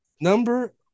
Number